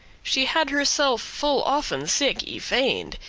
she had herself full often sick y-feign'd,